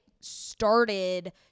started